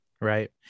Right